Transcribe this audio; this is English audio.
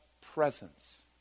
presence